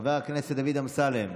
חבר הכנסת דוד אמסלם,